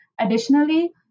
Additionally